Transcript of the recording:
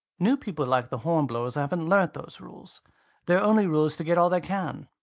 new people like the hornblowers haven't learnt those rules their only rule is to get all they can.